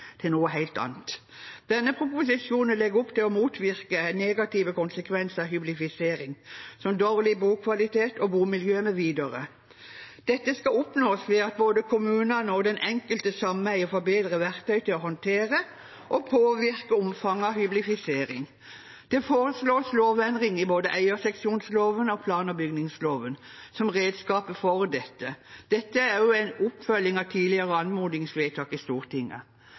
til noe helt annet. Denne proposisjonen legger opp til å motvirke negative konsekvenser av hyblifisering, som dårlig bokvalitet og bomiljø mv. Dette skal oppnås ved at både kommunene og det enkelte sameiet får bedre verktøy til å håndtere og påvirke omfanget av hyblifisering. Det foreslås lovendring i både eierseksjonsloven og plan- og bygningsloven som redskaper for dette. Dette er også en oppfølging av tidligere anmodningsvedtak i Stortinget.